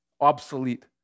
obsolete